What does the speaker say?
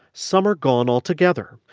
some are gone altogether.